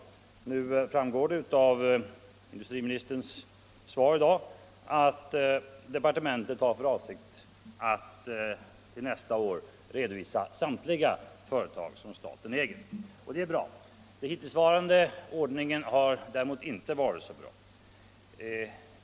Det framgår av industriministerns svar i dag att departementet har för avsikt att till nästa år redovisa samtliga företag som staten äger. Det är bra. Den hittillsvarande ordningen har däremot inte varit så bra.